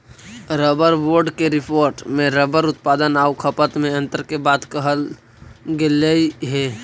rubber board के report में rubber उत्पादन आउ खपत में अन्तर के बात कहल गेलइ हे